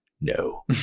no